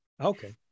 Okay